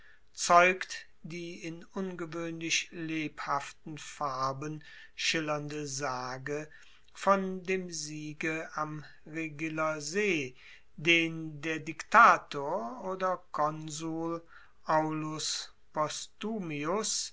zeugt die in ungewoehnlich lebhaften farben schillernde sage von dem siege am regiller see den der diktator oder konsul aulus postumius